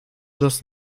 das